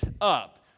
up